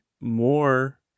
more